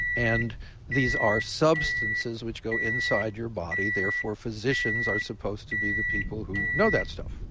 and these are substances which go inside your body, therefore physicians are supposed to be the people who know that stuff.